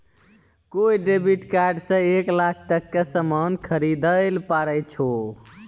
कोय debit card से एक लाख तक के सामान खरीदैल पारै छो